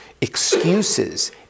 excuses